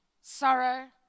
sorrow